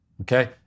okay